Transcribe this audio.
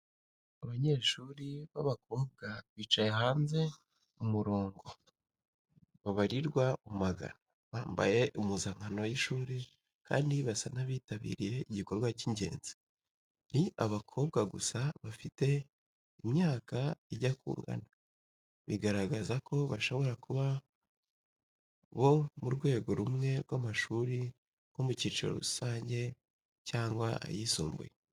Abanyeshuri b’abakobwa bicaye hanze mu murongo babarirwa mu magana, bambaye impuzankano y’ishuri kandi basa n’abitabiriye igikorwa cy’ingenzi. Ni abakobwa gusa bafite imyaka ijya kungana, bigaragaza ko bashobora kuba bo mu rwego rumwe rw’amashuri nko mu cyiciro rusange cyangwa ayisumbuye.